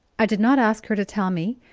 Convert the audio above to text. i did not ask her to tell me,